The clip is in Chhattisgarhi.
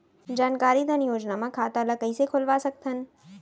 जानकारी धन योजना म खाता ल कइसे खोलवा सकथन?